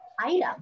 item